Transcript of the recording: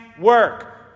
work